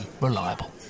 reliable